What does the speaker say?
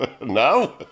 No